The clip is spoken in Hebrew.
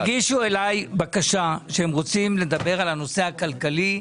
הגישו לי בקשה שהם רוצים לדבר על הנושא הכלכלי.